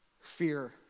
Fear